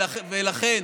לכן,